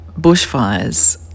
bushfires